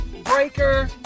Breaker